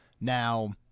now